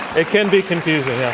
it can be confusing, yeah